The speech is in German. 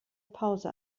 pause